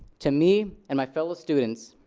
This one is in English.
to me, and my fellow students,